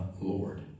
Lord